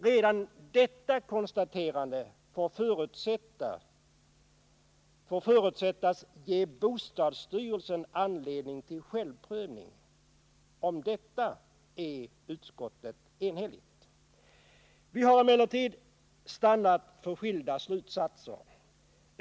Redan detta konstaterande får förutsättas ge bostadsstyrelsen anledning till självprövning. Om detta är utskottet enigt. Vi har emellertid stannat för skilda slutsatser.